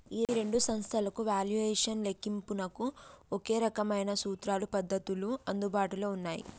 ఈ రెండు సంస్థలకు వాల్యుయేషన్ లెక్కింపునకు ఒకే రకమైన సూత్రాలు పద్ధతులు అందుబాటులో ఉన్నాయి